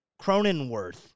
Cronenworth